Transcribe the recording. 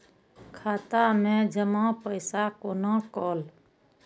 खाता मैं जमा पैसा कोना कल